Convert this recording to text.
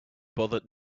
bothered